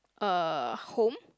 uh home